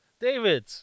David